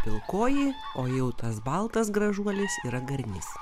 pilkoji o jau tas baltas gražuolis yra garinys